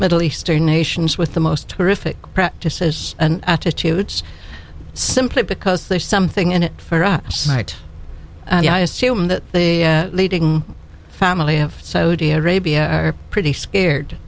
middle eastern nations with the most horrific practices and attitudes simply because there's something in it for our site and i assume that the leading family of saudi arabia are pretty scared